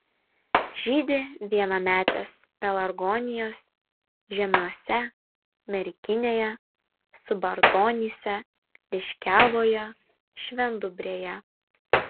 žydi vienametės pelargonijos žiemiuose merkinėje subartonyse liškiavoje švendubrėje